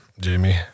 Jamie